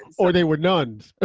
or they were nuns.